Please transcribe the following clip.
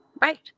Right